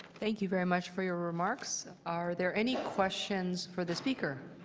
thank you very much for your remarks. are there any questions for the speaker?